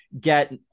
get